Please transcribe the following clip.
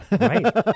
Right